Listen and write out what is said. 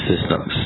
systems